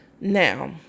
now